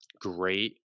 great